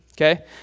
okay